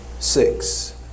Six